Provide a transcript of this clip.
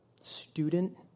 student